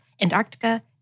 Antarctica